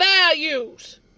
values